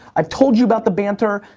i've told you about the banter.